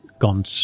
gone